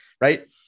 right